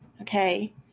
Okay